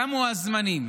תמו הזמנים